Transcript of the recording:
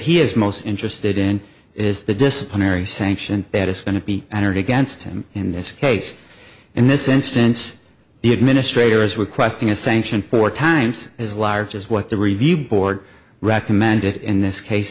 he is most interested in is the disciplinary sanction that is going to be entered against him in this case in this instance the administrator is requesting a sanction four times as large as what the review board recommended in this case